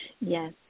Yes